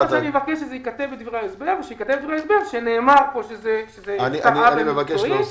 כל מה שאני מבקש זה שייכתב בדברי ההסבר שנאמר פה שנעשה עוול מקצועי.